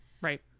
Right